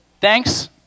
thanks